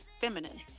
feminine